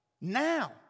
now